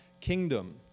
kingdom